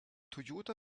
toyota